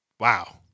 Wow